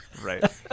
Right